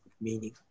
meaning